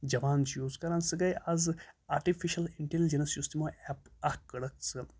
جوان چھِ یوٗز کَران سُہ گٔے آزٕ آٹِفِشَل اِنٹٮ۪لِجٮ۪نٕس یُس تِمو اٮ۪پ اَکھ کٔڑٕکھ ژٕ